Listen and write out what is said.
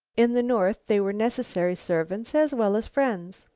in the north they were necessary servants as well as friends.